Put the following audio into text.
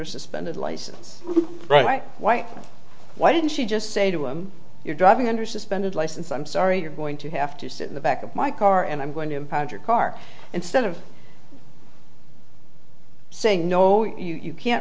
a suspended license bright white why didn't she just say to him you're driving under suspended license i'm sorry you're going to have to sit in the back of my car and i'm going to impound your car instead of saying no you can't